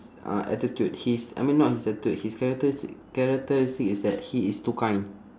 uh attitude his I mean not his attitude his characteris~ characteristic is that he is too kind